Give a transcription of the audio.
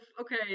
okay